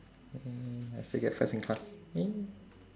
!yay! I still get first in class !yay!